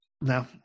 No